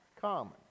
common